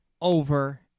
Over